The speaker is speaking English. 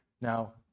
Now